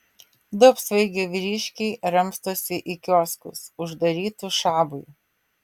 du apsvaigę vyriškiai ramstosi į kioskus uždarytus šabui